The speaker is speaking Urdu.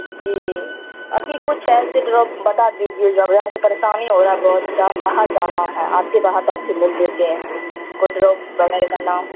جی ابھی کچھ ایسے ڈراپ بتا دیجیے جو ابھی ہم کو پریشانی ہو رہا ہے بہت ٹائم باہر جانا ہے آتے باہر تو آپ سے مل لیتے ہیں کوئی ڈراپ وغیرہ کا نام